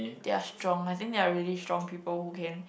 they are strong I think they are really strong people who can